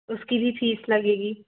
उसकी भी फीस लगेगी